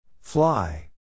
Fly